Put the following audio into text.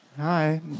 Hi